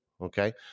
Okay